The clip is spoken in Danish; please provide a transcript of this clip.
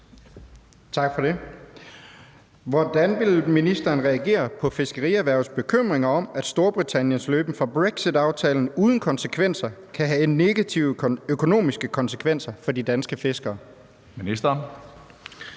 Hvordan vil ministeren reagere på fiskerierhvervets bekymringer om, at Storbritanniens løben fra brexitaftalen uden konsekvenser kan have negative økonomiske konsekvenser for de danske fiskere?